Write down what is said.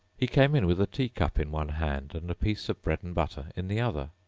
he came in with a teacup in one hand and a piece of bread-and-butter in the other.